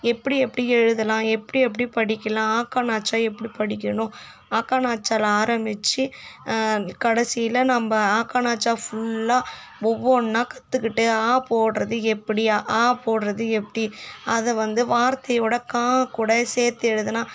எப்படி எப்படி எழுதலாம் எப்படி எப்படி படிக்கலாம் ஆ க ங ச்சா எப்படி படிக்கணும் ஆ க ங ச்சாவில் ஆரம்மிச்சி கடைசியில் நம்ம ஆ க ங ச்சா ஃபுல்லாக ஒவ்வொன்றா கற்றுக்கிட்டு ஆ போடுறது எப்படி ஆ போடுறது எப்படி அதை வந்து வார்த்தை கூட கா கூட சேர்த்து எழுதினா